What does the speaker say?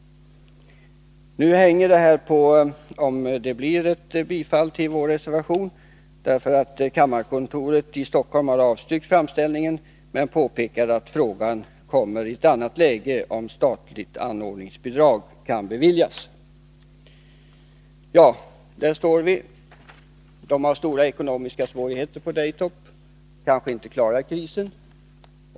Nu hänger bidraget på om det blir ett bifall till vår reservation. Kammarkontoret i Stockholm har avstyrkt framställningen men påpekade att frågan kommer i ett annat läge om statligt anordningsbidrag kan beviljas. Där står vi. Man har stora ekonomiska svårigheter på Daytop. Man kanske inte klarar krisen.